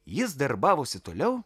jis darbavosi toliau